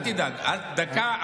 אל תדאג, אל תדאג.